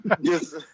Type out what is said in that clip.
Yes